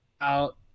out